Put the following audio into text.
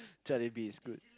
Jollibee is good